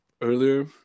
earlier